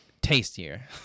tastier